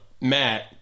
matt